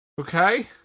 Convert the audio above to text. Okay